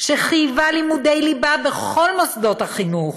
שחייבה לימודי ליבה בכל מוסדות החינוך,